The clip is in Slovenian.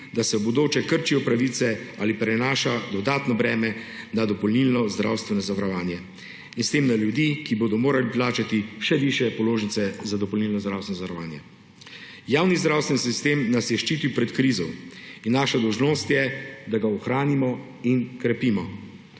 da se v bodoče krčijo pravice ali prenaša dodatno breme na dopolnilno zdravstveno zavarovanje in s tem na ljudi, ki bodo morali plačati še višje položnice za dopolnilno zdravstveno zavarovanje. Javni zdravstveni sistem nas je ščitil pred krizo in naša dolžnost je, da ga ohranimo in krepimo.